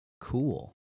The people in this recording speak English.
cool